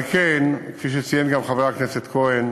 על כן, כפי שציין גם חבר הכנסת כהן,